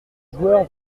joueurs